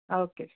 okay